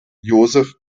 joseph